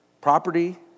property